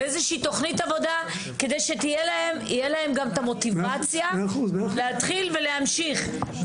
ואיזושהי תוכנית עבודה כדי שתהיה להן את המוטיבציה להתחיל ולהמשיך.